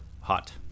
hot